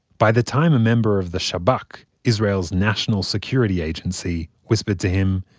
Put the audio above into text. by the time a member of the shabak israel's national security agency whispered to him,